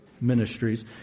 ministries